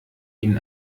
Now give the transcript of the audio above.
ihm